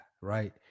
right